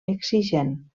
exigent